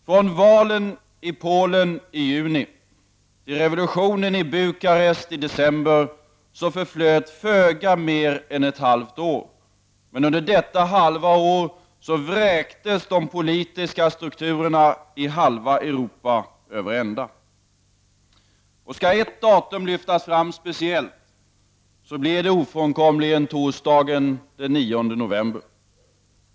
Från valen i Polen i juni till revolutionen i Bukarest i december förflöt föga mer än ett halvt år. Men under detta halva år vräktes de politiska strukturerna i halva Europa över ända. Skall ett datum lyftas fram speciellt så blir det ofrånkomligen torsdagen den 9 november.